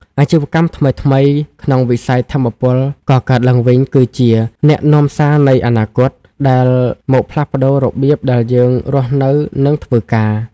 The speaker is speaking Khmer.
អាជីវកម្មថ្មីៗក្នុងវិស័យថាមពលកកើតឡើងវិញគឺជា "អ្នកនាំសារនៃអនាគត" ដែលមកផ្លាស់ប្តូររបៀបដែលយើងរស់នៅ និងធ្វើការ។